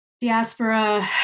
diaspora